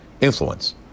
influence